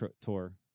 tour